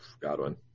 Godwin